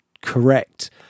correct